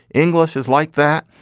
english is like that.